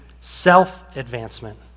self-advancement